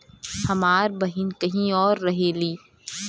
हमार बहिन कहीं और रहेली